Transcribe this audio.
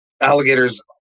Alligators